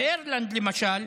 באירלנד, למשל,